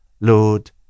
Lord